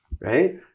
Right